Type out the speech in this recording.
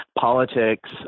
politics